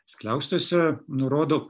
skliaustuose nurodo